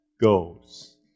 goes